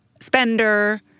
spender